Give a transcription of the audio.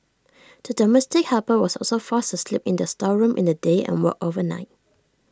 the domestic helper was also forced to sleep in the storeroom in the day and worked overnight